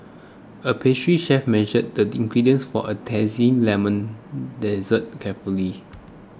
a pastry chef measured the ingredients for a Zesty Lemon Dessert carefully